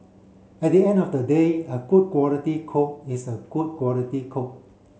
at the end of the day a good quality code is a good quality code